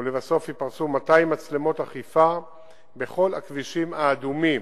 ולבסוף ייפרסו 200 מצלמות אכיפה בכל הכבישים האדומים,